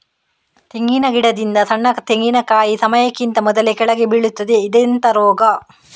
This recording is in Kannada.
ತೆಂಗಿನ ಗಿಡದಿಂದ ಸಣ್ಣ ತೆಂಗಿನಕಾಯಿ ಸಮಯಕ್ಕಿಂತ ಮೊದಲೇ ಕೆಳಗೆ ಬೀಳುತ್ತದೆ ಇದೆಂತ ರೋಗ?